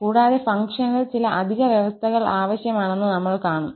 കൂടാതെ ഫംഗ്ഷനിൽ ചില അധിക വ്യവസ്ഥകൾ ആവശ്യമാണെന്ന് നമ്മൾ കാണും